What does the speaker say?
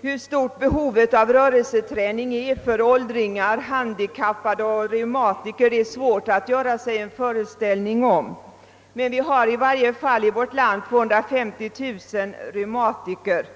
Det är svårt att göra sig en föreställning om hur stort behovet av rörelseträning är för åldringar, handikappade och reumatiker, men jag kan nämna att vi i vårt land har åtminstone 250 000 reumatiker.